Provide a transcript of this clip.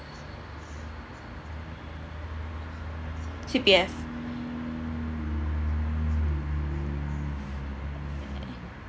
C_P_F